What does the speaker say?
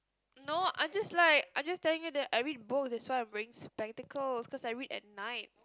no I'm just like I'm just telling you that I read books that's why I'm wearing spectacles cause I read at night